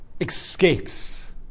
escapes